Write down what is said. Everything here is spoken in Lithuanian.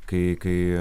kai kai